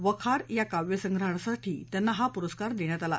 वखार या काव्यसंग्रहासाठी त्यांना हा पुरस्कार देण्यात आला